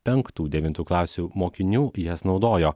penktų devintų klasių mokinių jas naudojo